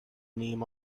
name